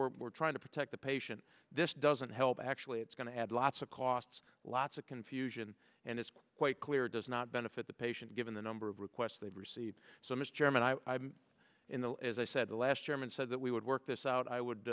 where we're trying to protect the patient this doesn't help actually it's going to add lots of costs lots of confusion and it's quite clear does not benefit the patient given the number of requests they receive so mr chairman i'm in the as i said the last chairman said that we would work this out i would